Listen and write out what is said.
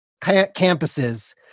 campuses